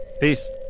Peace